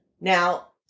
now